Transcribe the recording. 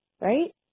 right